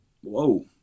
whoa